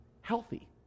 healthy